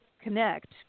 connect